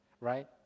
right